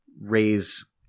raise